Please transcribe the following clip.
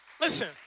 Listen